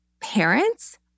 parents